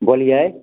बोलिए